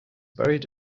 buried